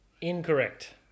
Incorrect